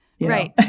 Right